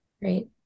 Great